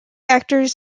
actors